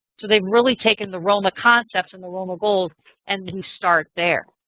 so they're really taken the roma concepts and the roma goals and we start there.